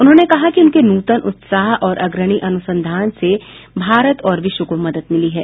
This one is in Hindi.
उन्होंने कहा कि उनके नूतन उत्साह और अग्रणी अनुसंधान से भारत और विश्व को मदद मिली है